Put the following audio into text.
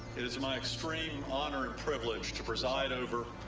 it is my extreme honor and privilege to preside over.